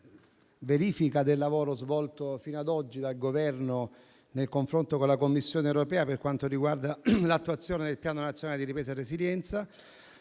verifica del lavoro svolto fino a oggi dal Governo nel confronto con la Commissione europea per quanto riguarda l'attuazione del Piano nazionale di ripresa e resilienza.